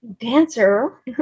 dancer